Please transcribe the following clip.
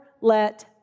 let